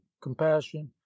compassion